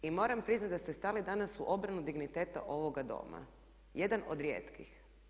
I moram priznati da ste stali danas u obranu digniteta ovoga Doma, jedan od rijetkih.